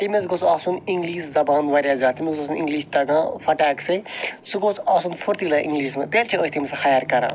تمِس گوٚژھ آسُن اِنٛگلِش زَبان واریاہ زیادٕ تیٚمِس گوٚژھ آسُن اِنٛگلِش تَگان فَٹیک سے سُہ گوٚژھ آسُن فُرتیٖلا اِنٛگلِشَس مَنٛز تیٚلہِ چھِن أسۍ سُہ ہَیَر کَران